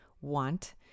want